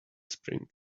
spring